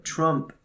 Trump